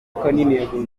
butegetsi